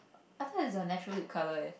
I thought is your natural lip colour eh